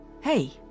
Hey